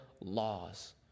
laws